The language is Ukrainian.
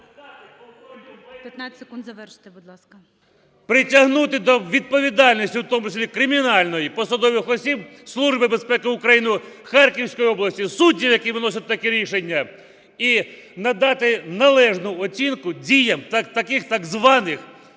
15 секунд завершити, будь ласка.